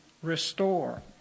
restore